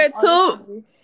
two